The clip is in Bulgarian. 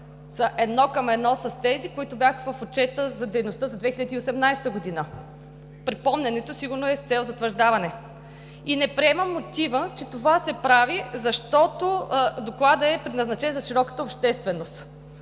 са едно към едно с тези, които бяха в отчета за дейността за 2018 г. Припомнянето сигурно е с цел затвърждаване. И не приемам мотива, че това се прави, защото Докладът е предназначен за широката общественост.